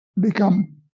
become